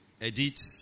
edit